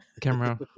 camera